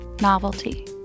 novelty